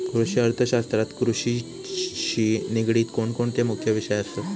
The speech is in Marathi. कृषि अर्थशास्त्रात कृषिशी निगडीत कोणकोणते मुख्य विषय असत?